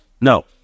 No